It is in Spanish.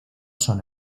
son